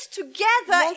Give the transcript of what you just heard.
together